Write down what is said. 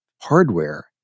hardware